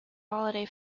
holiday